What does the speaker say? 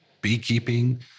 beekeeping